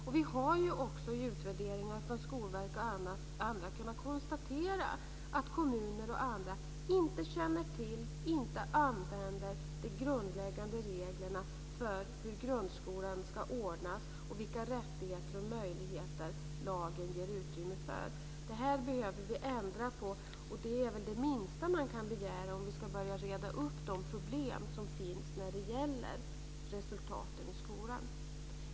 Och vi har ju också i utvärderingar från Skolverket och andra kunnat konstatera att kommuner och andra inte känner till och inte använder de grundläggande reglerna för hur grundskolan ska ordnas och vilka rättigheter och möjligheter som lagen ger utrymme för. Det här behöver vi ändra på, och det är väl det minsta man kan begära om vi ska börja reda ut de problem som finns när det gäller resultaten i skolan.